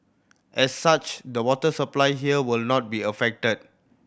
as such the water supply here will not be affected